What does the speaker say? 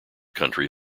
country